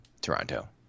Toronto